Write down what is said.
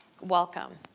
welcome